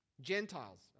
Gentiles